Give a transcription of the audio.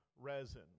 resin